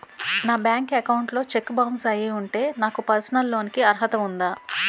నా bank account లో cheque bounce అయ్యి ఉంటే నాకు పర్సనల్ లోన్ కీ అర్హత ఉందా?